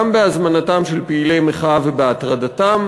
גם בהזמנתם של פעילי מחאה ובהטרדתם,